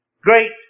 great